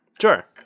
Sure